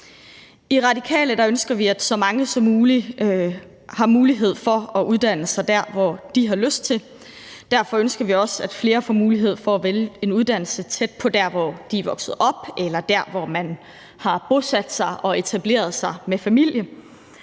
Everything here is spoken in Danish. I Radikale ønsker vi, at så mange som muligt har mulighed for at uddanne sig der, hvor de har lyst til det. Derfor ønsker vi også, at flere får mulighed for at vælge en uddannelse tæt på der, hvor de er vokset op, eller der, hvor de har bosat sig og etableret sig med familie.